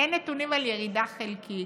אין נתונים על ירידה חלקית,